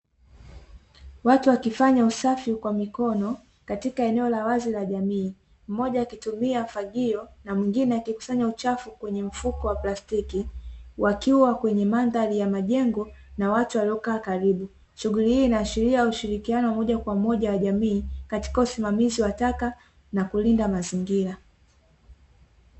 Watu wakifanya usafi kwa mikono katia eneo la wazi la jamii. Mmoja akitumia fagio na mwingine akikusanya uchafu kwenye mfuko wa plastiki, wakiwa kwenye mandhari ya majengo na watu waliokaa karibu. Shughuli hii inaashiria ushirikano wa moja kwa moja wa jamii katika usimamizi wa taka na kulinda mazingira.